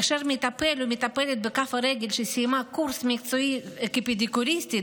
כאשר מטפל או מטפלת בכף הרגל סיימו קורס מקצועי כפדיקוריסטים,